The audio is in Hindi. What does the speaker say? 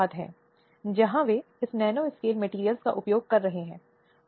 जबकि केंद्रीय स्तर पर महिलाओं के लिए राष्ट्रीय आयोग है राज्य स्तर पर महिलाओं के लिए राज्य आयोग है